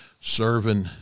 serving